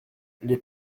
les